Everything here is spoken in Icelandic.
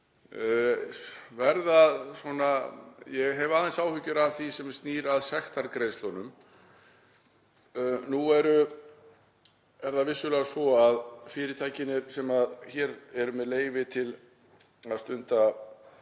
ég hef aðeins áhyggjur af því sem snýr að sektargreiðslunum. Nú er það vissulega svo að fyrirtækin sem hér eru með leyfi til að stunda